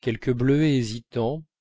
quelques bleuets hésitants